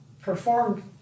performed